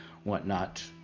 whatnot